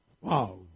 Wow